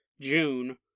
June